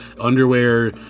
underwear